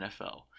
NFL